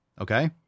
Okay